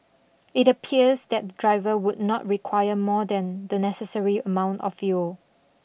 it appears that the driver would not require more than the necessary amount of fuel